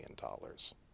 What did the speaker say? dollars